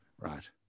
Right